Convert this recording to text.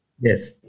Yes